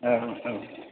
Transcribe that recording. औ औ